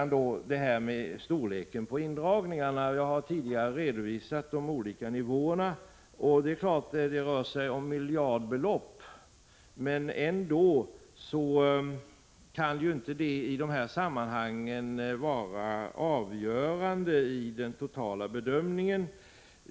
När det gäller storleken på indragningarna har jag tidigare redovisat de olika nivåerna. Det är klart att det rör sig om miljardbelopp, men det kan ändå inte vara avgörande i den totala bedömningen.